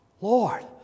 Lord